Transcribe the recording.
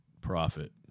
profit